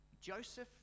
Joseph